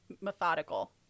methodical